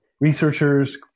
researchers